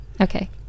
okay